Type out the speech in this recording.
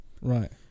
Right